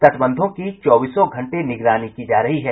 तटबंधों की चौबीसों घंटे निगरानी की जा रही है